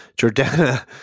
Jordana